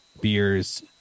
beers